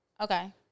okay